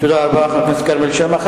תודה רבה, חבר הכנסת כרמל שאמה.